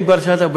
אם כבר שאלת,